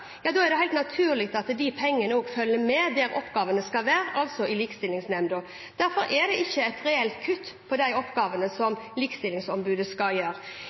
er det helt naturlig at pengene følger med dit oppgavene skal utføres, altså i Likestillingsnemnda. Derfor er det ikke et reelt kutt i oppgavene som Likestillingsombudet skal gjøre.